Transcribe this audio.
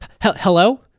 Hello